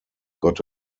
got